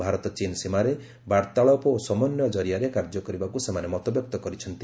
ଭାରତ ଚୀନ୍ ସୀମାରେ ବାର୍ତ୍ତାଳାପ ଓ ସମନ୍ଧୟ ଜରିଆରେ କାର୍ଯ୍ୟ କରିବାକୁ ସେମାନେ ମତବ୍ୟକ୍ତ କରିଛନ୍ତି